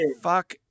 Fuck